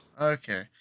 Okay